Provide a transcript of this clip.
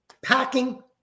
packing